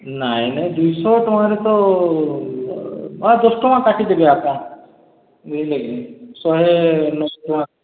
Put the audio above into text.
ନାଇଁ ନାଇଁ ଦୁଇଶହ ଟଙ୍କାରେ ତ ଆଉ ଦଶଟଙ୍କା କାଟି ଦେବି ଏକା ବୁଝିଲେ କି ଶହେ ଟଙ୍କା